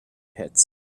pits